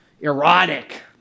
erotic